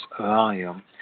volume